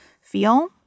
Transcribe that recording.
feel